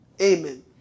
Amen